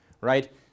right